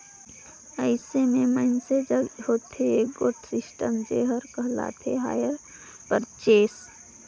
अइसे में मइनसे जग होथे एगोट सिस्टम जेहर कहलाथे हायर परचेस